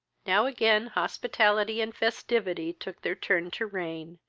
now again hospitality and festivity took their turn to reign,